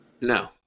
No